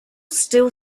still